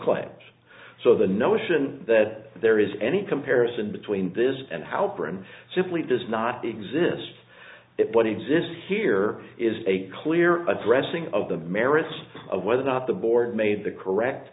claims so the notion that there is any comparison between this and how brown simply does not exist that what exists here is a clear addressing of the merits of whether or not the board made the correct